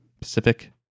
Pacific